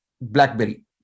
Blackberry